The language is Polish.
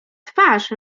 twarz